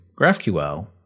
GraphQL